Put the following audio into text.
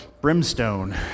brimstone